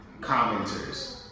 commenters